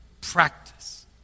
practice